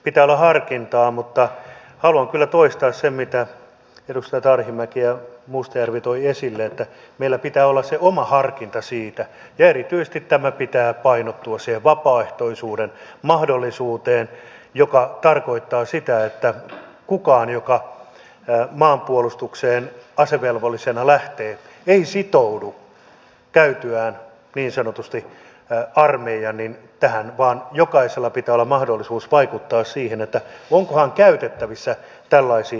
pitää olla harkintaa mutta haluan kyllä toistaa sen mitä edustajat arhinmäki ja mustajärvi toivat esille että meillä pitää olla se oma harkinta siitä ja erityisesti tämän pitää painottua siihen vapaaehtoisuuden mahdollisuuteen mikä tarkoittaa sitä että kukaan joka maanpuolustukseen asevelvollisena lähtee ei sitoudu tähän käytyään niin sanotusti armeijan vaan jokaisella pitää olla mahdollisuus vaikuttaa siihen onko hän käytettävissä tällaisiin joukkoihin